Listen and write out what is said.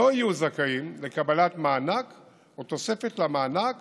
לא יהיו זכאים לקבלת מענק או תוספת למענק